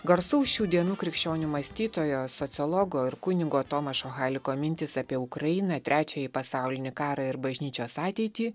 garsaus šių dienų krikščionių mąstytojo sociologo ir kunigo tomašo haliko mintys apie ukrainą trečiąjį pasaulinį karą ir bažnyčios ateitį